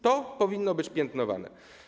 To powinno być piętnowane.